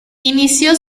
inició